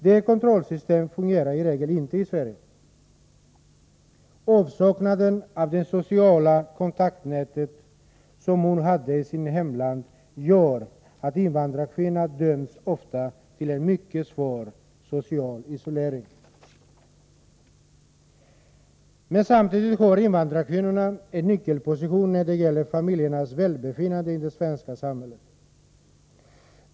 Det kontrollsystemet fungerar i regel inte i Sverige. Avsaknaden av det sociala kontaktnätet, som kvinnan hade i sitt hemland, gör att invandrarkvinnan ofta döms till en mycket svår social isolering. Samtidigt har invandrarkvinnorna en nyckelposition när det gäller invandrarfamiljernas välbefinnande i det svenska samhället.